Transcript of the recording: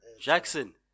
Jackson